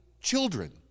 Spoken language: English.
children